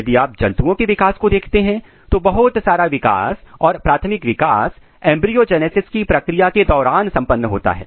यदि आप जंतुओं के विकास को देखते हैं तो बहुत सारा विकास और प्राथमिक विकास एंब्रियो जेनेसिस की प्रक्रिया के दौरान संपन्न होता है